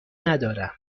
ندارم